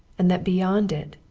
and that beyond it,